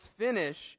finish